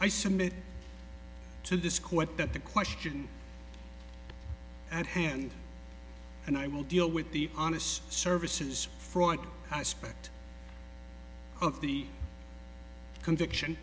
i submit to this court that the question at hand and i will deal with the honest services fraud aspect of the conviction